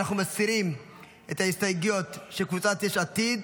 אנחנו מסירים את ההסתייגויות של קבוצת יש עתיד.